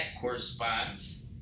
corresponds